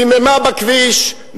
דיממה בכביש,